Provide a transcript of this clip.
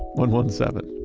one-one-seven.